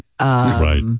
Right